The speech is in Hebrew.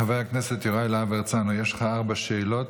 חבר הכנסת יוראי להב הרצנו, יש לך ארבע שאלות.